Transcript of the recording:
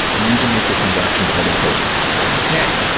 you need to make your transactions item potent okay.